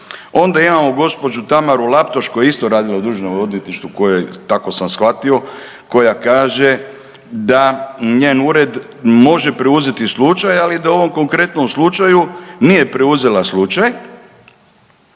onda imamo gospođu Tamaru Laptoš koja je isto radila u državnom odvjetništvu koja, tako sam shvatio, koja kaže da njen ured može preuzeti slučaja, li da u ovom konkretnom slučaju nije preuzela slučaj